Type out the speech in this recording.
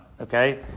Okay